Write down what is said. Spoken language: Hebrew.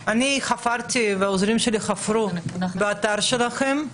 הדתות, אני והעוזרים שלי חפרנו באתר שלכם.